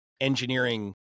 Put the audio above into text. engineering